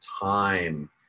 time